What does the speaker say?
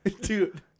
dude